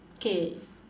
K